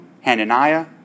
Hananiah